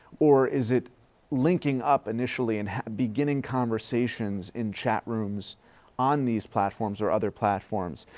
or is it linking up initially in beginning conversations in chat rooms on these platforms or other platforms?